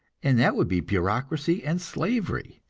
and that would be bureaucracy and slavery,